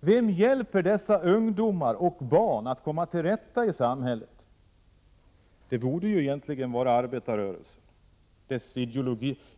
Vem hjälper dessa barn och ungdomar att komma till rätta i samhället? Det borde egentligen vara arbetarrörelsen och dess